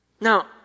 Now